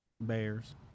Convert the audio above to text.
Bears